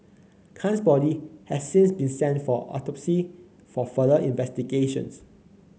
Khan's body has since been sent for autopsy for further investigations